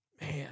man